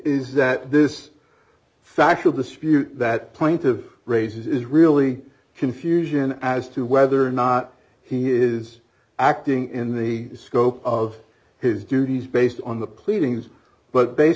is that this factual dispute that point to raises is really confusion as to whether or not he is acting in the scope of his duties based on the pleadings but based